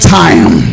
time